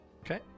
Okay